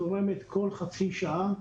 זורמת כל חצי שעה,